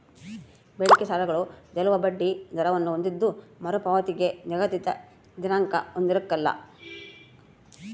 ಬೇಡಿಕೆ ಸಾಲಗಳು ತೇಲುವ ಬಡ್ಡಿ ದರವನ್ನು ಹೊಂದಿದ್ದು ಮರುಪಾವತಿಗೆ ನಿಗದಿತ ದಿನಾಂಕ ಹೊಂದಿರಕಲ್ಲ